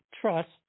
trust